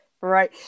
Right